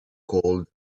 called